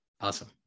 Awesome